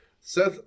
Seth